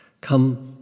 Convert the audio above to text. come